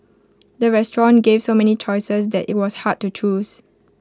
the restaurant gave so many choices that IT was hard to choose